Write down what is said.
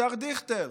השר דיכטר,